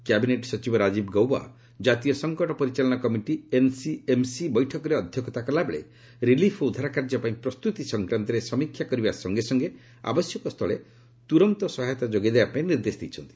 cabinet ସଚିବ ରାଜୀବ ଗୌବା ଜାତୀୟ ସଂକଟ ପରିଚାଳନା କମିଟି ଏନ୍ସିଏମ୍ସି ବୈଠକରେ ଅଧ୍ୟକ୍ଷତା କଲାବେଳେ ରିଲିଫ୍ ଓ ଉଦ୍ଧାର କାର୍ଯ୍ୟ ପାଇଁ ପ୍ରସ୍ତୁତି ସଂକ୍ରାନ୍ତରେ ସମୀକ୍ଷା କରିବା ସଙ୍ଗେ ସଙ୍ଗେ ଆବଶ୍ୟକ ସ୍ଥଳେ ତୁରନ୍ତ ସହାୟତା ଯୋଗାଇବା ପାଇଁ ନିର୍ଦ୍ଦେଶ ଦେଇଛନ୍ତି